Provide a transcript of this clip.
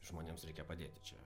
žmonėms reikia padėti čia